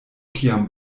kiam